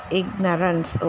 ignorance